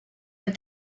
with